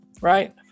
right